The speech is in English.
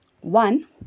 One